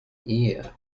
year